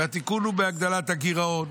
התיקון הוא בהגדלת הגירעון,